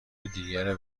دیگر